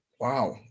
Wow